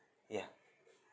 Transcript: yeah